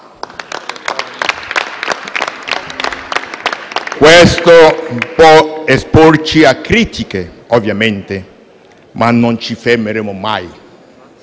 Questo può esporci a critiche, ovviamente, ma non ci fermeremo mai.